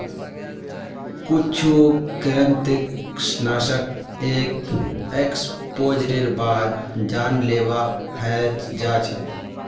कुछु कृंतकनाशक एक एक्सपोजरेर बाद जानलेवा हय जा छ